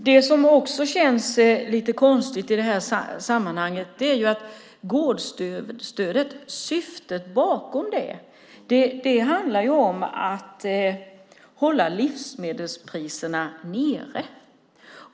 Det som också känns lite konstigt i det här sammanhanget är att syftet med gårdsstödet är att hålla livsmedelspriserna nere.